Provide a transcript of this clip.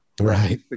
Right